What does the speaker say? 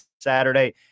Saturday